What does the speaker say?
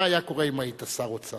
מה היה קורה אם היית שר אוצר,